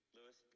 Lewis